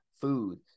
food